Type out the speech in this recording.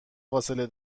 فاصله